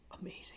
amazing